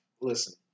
listen